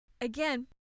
again